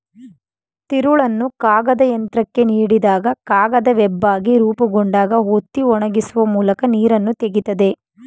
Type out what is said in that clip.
ತಿರುಳನ್ನು ಕಾಗದಯಂತ್ರಕ್ಕೆ ನೀಡಿದಾಗ ಕಾಗದ ವೆಬ್ಬಾಗಿ ರೂಪುಗೊಂಡಾಗ ಒತ್ತಿ ಒಣಗಿಸುವ ಮೂಲಕ ನೀರನ್ನು ತೆಗಿತದೆ